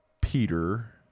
Peter